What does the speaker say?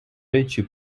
речі